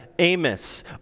Amos